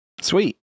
Sweet